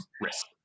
risk